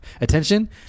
attention